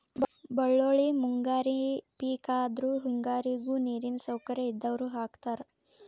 ಬಳ್ಳೋಳ್ಳಿ ಮುಂಗಾರಿ ಪಿಕ್ ಆದ್ರು ಹೆಂಗಾರಿಗು ನೇರಿನ ಸೌಕರ್ಯ ಇದ್ದಾವ್ರು ಹಾಕತಾರ